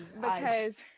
because-